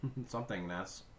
somethingness